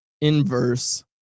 inverse